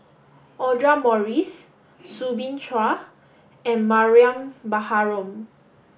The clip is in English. Audra Morrice Soo Bin Chua and Mariam Baharom